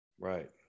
right